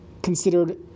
considered